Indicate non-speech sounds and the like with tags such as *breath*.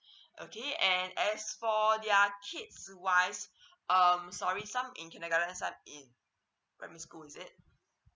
okay and as for their kids wise *breath* um sorry some in kindergarten some in primary school is it